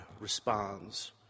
responds